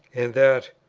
and that,